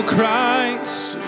Christ